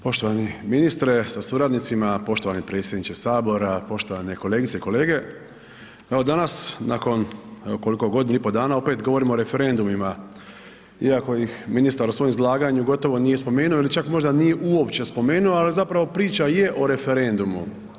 Poštovani ministre sa suradnicima, poštovani predsjedniče HS, poštovane kolegice i kolege, evo danas nakon evo koliko, godinu i po dana, opet govorimo o referendumima iako ih ministar u svojem izlaganju gotovo nije spomenuo ili čak možda nije uopće spomenuo, al zapravo priča je o referendumu.